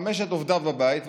חמשת עובדיו בבית,